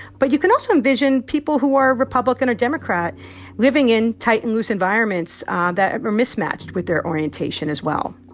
but you can also envision people who are republican or democrat living in tight and loose environments that are mismatched with their orientation as well